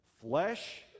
Flesh